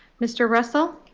mr. russell.